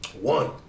One